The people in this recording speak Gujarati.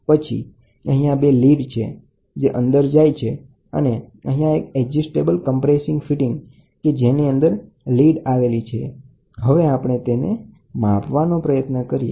પછી અહીંયાં બે લીડ છે જે અંદર જાય છે અને અહીંયાં એજસ્ટેબલ કમ્પરેસીગ ફીટીંગ કે જેની અંદર આ લીડ આવેલી છે જે જાય છે અને હવે આપણે તેને માપવાનો પ્રયત્ન કરીએ